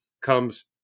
comes